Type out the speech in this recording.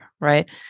right